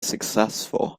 successful